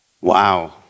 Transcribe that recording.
Wow